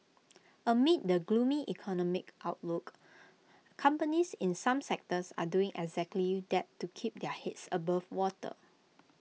amid the gloomy economic outlook companies in some sectors are doing exactly that to keep their heads above water